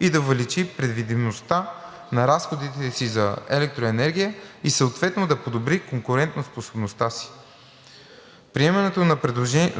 и да увеличи предвидимостта на разходите си за електроенергия и съответно да подобри конкурентоспособността си. Приемането